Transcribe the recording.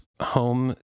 home